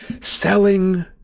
selling